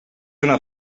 una